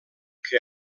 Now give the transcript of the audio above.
que